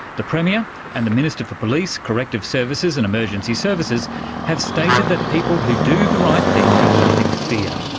the premier and the minister for police, corrective services and emergency services have stated that people who do the right thing have nothing to fear.